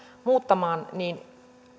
muuttamaan niin